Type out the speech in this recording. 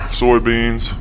soybeans